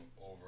over